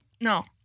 No